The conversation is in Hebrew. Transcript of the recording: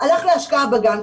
הלך להשקעה בגן.